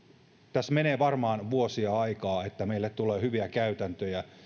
tässä menee varmaan vuosia aikaa ennen kuin meille tulee hyviä käytäntöjä